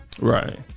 Right